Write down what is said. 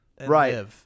Right